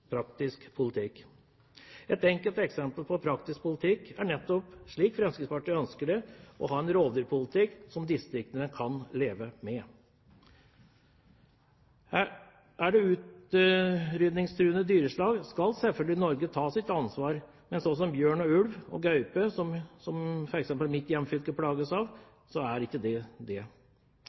Et enkelt eksempel på praktisk politikk er nettopp, slik Fremskrittspartiet ønsker det, å ha en rovdyrpolitikk som distriktene kan leve med. Er det utrydningstruede dyreslag, skal selvfølgelig Norge ta sitt ansvar, men bjørn, ulv og gaupe, som f.eks. mitt hjemfylke plages av, er ikke det.